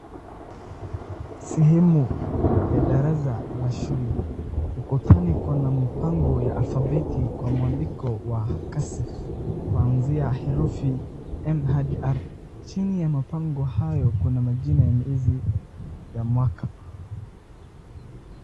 Sehemu ya darasa la shule, ukutani kuna mpango ya alphabeti kwa mwandiko wa Khasif kuanzia herufi 'm ' hadi 'r'. Chini ya mapango hayo kuna majina ya miezi, ya mwaka.